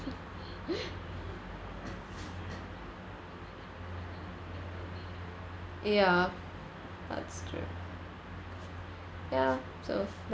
ya that's true ya so